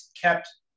kept